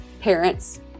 parents